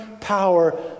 power